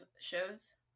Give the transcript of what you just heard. shows